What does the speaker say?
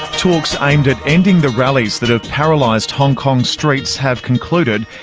talks aimed at ending the rallies that have paralysed hong kong's streets have concluded,